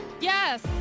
Yes